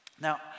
Now